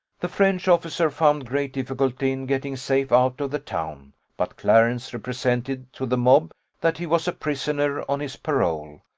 the french officer found great difficulty in getting safe out of the town but clarence represented to the mob that he was a prisoner on his parole,